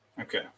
Okay